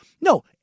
No